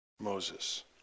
Moses